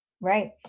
Right